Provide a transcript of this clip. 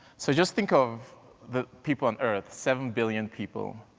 so just think of the people on earth, seven billion people,